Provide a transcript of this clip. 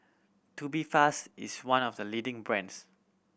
Tubifast is one of the leading brands